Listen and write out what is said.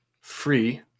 free